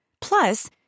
Plus